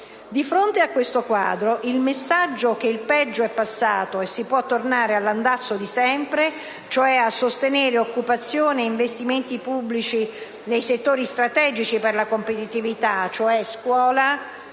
Di fronte a questo quadro il messaggio che il peggio è passato e che si può tornare all'andazzo di sempre, cioè a sostenere occupazione e investimenti pubblici nei settori strategici per la competitività (ossia scuola,